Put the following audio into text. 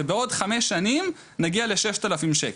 ובעוד חמש שנים נגיע לששת אלפים שקל.